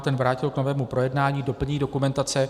Ten vrátil k novému projednání, k doplnění dokumentace.